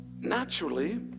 Naturally